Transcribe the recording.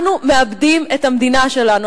אנחנו מאבדים את המדינה שלנו,